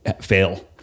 fail